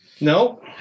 No